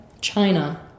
China